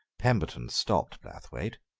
pemberton stopped blathwayt,